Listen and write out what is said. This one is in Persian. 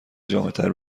جامعتر